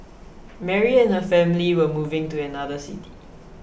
Mary and her family were moving to another city